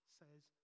says